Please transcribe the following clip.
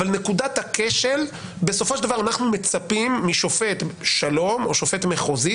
בסופו של דבר אנחנו מצפים משופט שלום או שופט מחוזי,